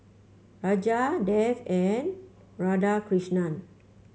Raja Dev and Radhakrishnan